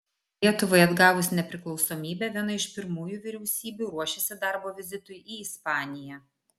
lietuvai atgavus nepriklausomybę viena iš pirmųjų vyriausybių ruošėsi darbo vizitui į ispaniją